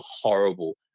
horrible